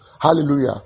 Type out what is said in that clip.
Hallelujah